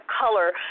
color